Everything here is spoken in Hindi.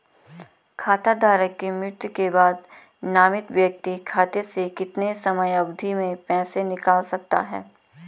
खाता धारक की मृत्यु के बाद नामित व्यक्ति खाते से कितने समयावधि में पैसे निकाल सकता है?